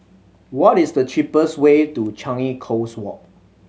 what is the cheapest way to Changi Coast Walk